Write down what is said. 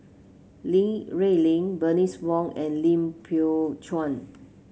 Li Rulin Bernice Wong and Lim Biow Chuan